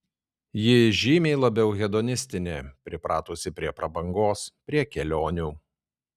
ji žymiai labiau hedonistinė pripratusi prie prabangos prie kelionių